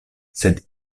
sed